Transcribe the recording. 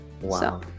Wow